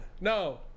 no